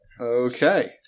Okay